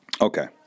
Okay